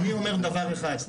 אני אומר דבר אחד,